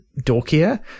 dorkier